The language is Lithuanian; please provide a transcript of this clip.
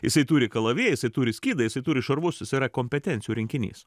jisai turi kalaviją jisai turi skydą jisai turi šarvus jis yra kompetencijų rinkinys